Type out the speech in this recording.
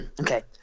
Okay